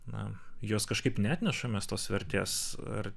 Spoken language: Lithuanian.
na jos kažkaip neatnešam mes tos vertės ar